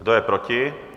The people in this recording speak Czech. Kdo je proti?